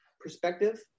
perspective